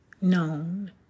known